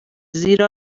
زیرا